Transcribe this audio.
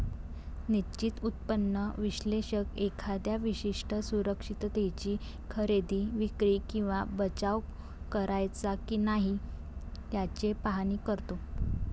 निश्चित उत्पन्न विश्लेषक एखाद्या विशिष्ट सुरक्षिततेची खरेदी, विक्री किंवा बचाव करायचा की नाही याचे पाहणी करतो